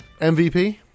MVP